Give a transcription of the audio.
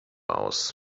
aus